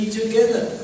together